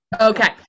Okay